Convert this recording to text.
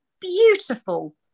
beautiful